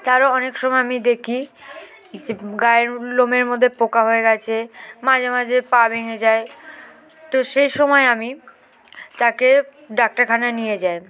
তারও অনেক সময় আমি দেখি যে গায়ের লোমের মধ্যে পোকা হয়ে গিয়েছে মাঝে মাঝে পা ভেঙে যায় তো সেই সময় আমি তাকে ডাক্তারখানায় নিয়ে যাই